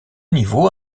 niveaux